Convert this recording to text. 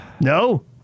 No